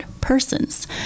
persons